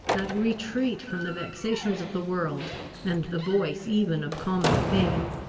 that retreat from the vexations of the world and the voice even of common fame,